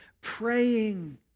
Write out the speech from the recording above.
praying